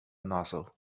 nozzle